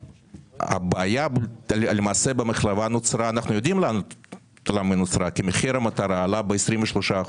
אנחנו יודעים ממה נוצרה הבעיה במחלבה כי מחיר המטרה עלה ב-24%